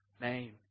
name